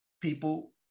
people